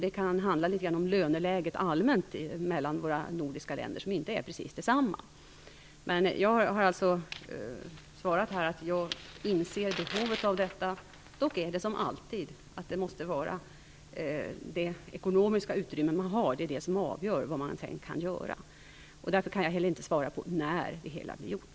Men skillnaderna kan bero på löneläget allmänt som inte är precis detsamma mellan våra nordiska länder. Jag har svarat att jag inser behovet av detta. Dock är det som alltid: Det måste vara det ekonomiska utrymme man har som avgör vad man sedan kan göra. Därför kan jag inte heller svara på när det hela blir gjort.